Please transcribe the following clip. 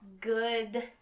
good